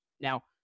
Now